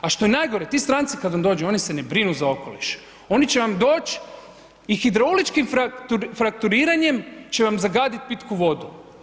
A što je najgore, ti stranci kada vam dođu oni se ne brinu za okoliš, oni će vam doć i hidrauličkim frakturiranjem će vam zagaditi pitku vodu.